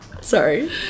Sorry